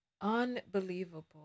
Unbelievable